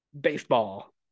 baseball